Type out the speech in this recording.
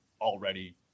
already